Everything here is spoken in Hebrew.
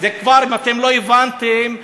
אם אתם לא הבנתם,